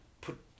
put